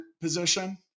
position